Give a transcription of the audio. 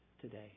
today